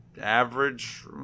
average